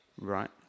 Right